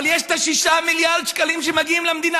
אבל יש 6 מיליארד שקלים שמגיעים למדינה